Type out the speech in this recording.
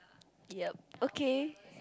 yeap okay